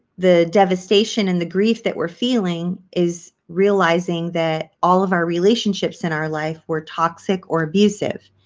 the devastation and the grief that we're feeling is realizing that all of our relationships in our life were toxic or abusive